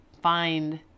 find